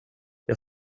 jag